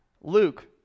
Luke